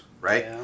right